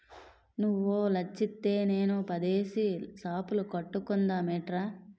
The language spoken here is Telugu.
నువ్వో లచ్చిత్తే నేనో పదేసి సాపులు కట్టుకుందమేట్రా